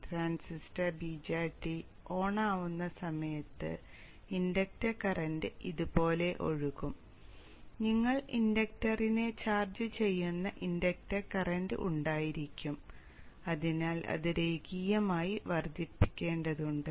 transistor BJT on ആവുന്ന സമയത്ത് inductor current ഇതുപോലെ ഒഴുകും നിങ്ങൾക്ക് ഇൻഡക്ടറിനെ ചാർജുചെയ്യുന്ന ഇൻഡക്ടർ കറന്റ് ഉണ്ടായിരിക്കും അതിനാൽ അത് രേഖീയമായി വർദ്ധിക്കേണ്ടതുണ്ട്